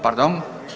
Pardon.